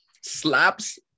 slaps